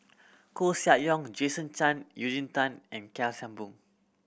Koeh Sia Yong Jason Chan Eugene Tan and Kheng Boon